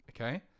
Okay